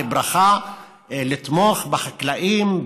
לברכה: לתמוך בחקלאים,